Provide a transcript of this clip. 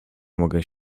mogę